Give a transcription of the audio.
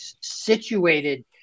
situated